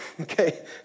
okay